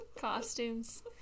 costumes